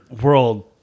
world